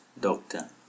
doctor